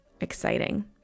exciting